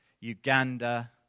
Uganda